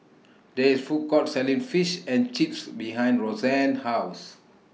There IS Food Court Selling Fish and Chips behind Roxann's House